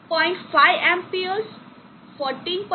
5 amps 14